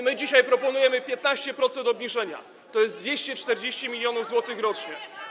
My dzisiaj proponujemy 15% obniżenia, to jest 240 mln zł rocznie.